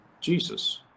Jesus